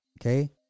Okay